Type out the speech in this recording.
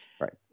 right